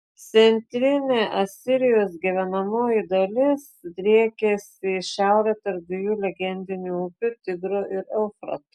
centrinė asirijos gyvenamoji dalis driekėsi į šiaurę tarp dviejų legendinių upių tigro ir eufrato